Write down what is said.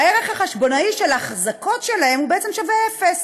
הערך החשבונאי של ההחזקות שלהם בעצם שווה אפס.